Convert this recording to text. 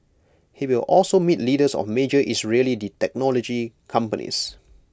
he will also meet leaders of major Israeli technology companies